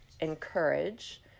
encourage